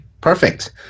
perfect